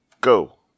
go